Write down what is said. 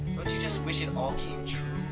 just wish it all came